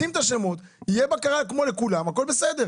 שים את השמות, תהיה בקרה כמו לכולם והכל בסדר.